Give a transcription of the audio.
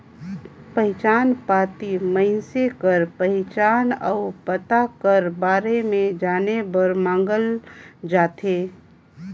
पहिचान पाती मइनसे कर पहिचान अउ पता कर बारे में जाने बर मांगल जाथे